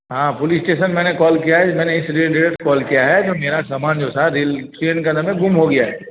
हाँ police station मैंने call किया है मैंने इस से कॉल किया है जो मेरा सामान जो था रेल ट्रेन में गुम हो गया है